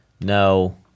No